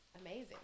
amazing